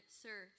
sir